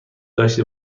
داشته